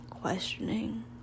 questioning